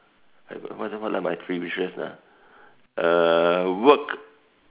I will what are what are my three wishes ah work